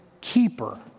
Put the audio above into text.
keeper